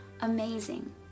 amazing